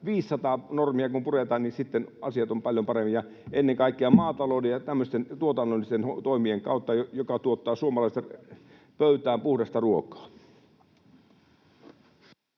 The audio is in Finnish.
500 normia kun puretaan, niin sitten asiat ovat paljon paremmin, ja ennen kaikkea maatalouden ja tämmöisten tuotannollisten toimien kautta, jotka tuottavat suomalaisten pöytään puhdasta ruokaa.